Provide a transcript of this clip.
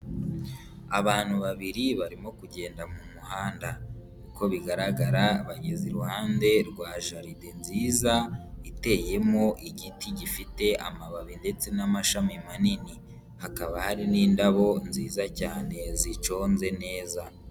Abantu babiri barimo kugenda mu muhanda, uko bigaragara bageze iruhande rwa jalide nziza iteyemo igiti gifite amababi ndetse n'amashami manini, hakaba hari n'indabo nziza cyane ziconze neza.